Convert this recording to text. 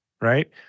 right